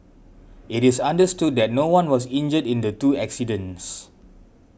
it is understood that no one was injured in the two accidents